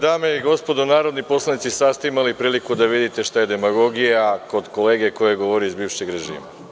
Dame i gospodo narodni poslanici, sad ste imali priliku da vidite šta je demagogija kod kolege koji je govorio, iz bivšeg režima.